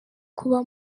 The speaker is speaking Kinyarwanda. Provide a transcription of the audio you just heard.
kuba